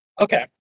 Okay